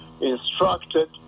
instructed